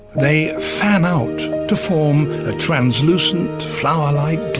they fan out to form a translucent, flower-like